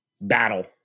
battle